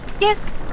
Yes